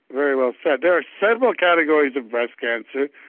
very well said. there are several categories of breast cancer.